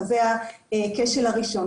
זה הכשל הראשון.